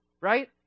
Right